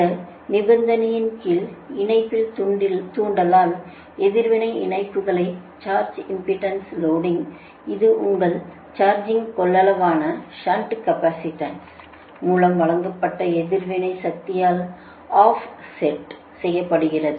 இந்த நிபந்தனையின் கீழ் இணைப்பின் தூண்டலில் எதிர்வினை இழப்புகளை சர்ஜ் இம்பெடன்ஸ் லோடிங் இது உங்கள் சார்ஜிங் கொள்ளளவான ஷன்ட் கேப்பாசிட்டன்ஸ் மூலம் வழங்கப்பட்ட எதிர்வினை சக்தியால் ஆஃப் செட் செய்யப்படுகிறது